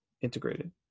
integrated